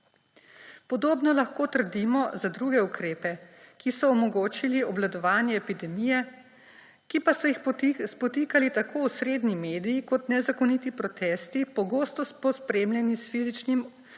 Podobno lahko trdimo za druge ukrepe, ki so omogočili obvladovanje epidemije, ki pa so jih spotikali tako osrednji mediji kot nezakoniti protesti, pogosto pospremljeni s fizičnim